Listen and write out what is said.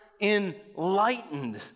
enlightened